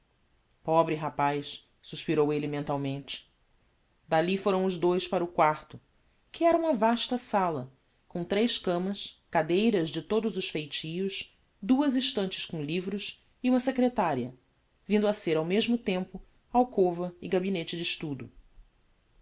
pobre rapaz suspirou elle mentalmente d'alli foram os dous para o quarto que era uma vasta sala com tres camas cadeiras de todos os feitios duas estantes com livros e uma secretaria vindo a ser ao mesmo tempo alcova e gabinette de estudo